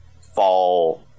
fall